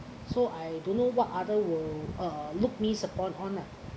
so I don't know what other will uh look me upon on ah